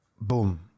boom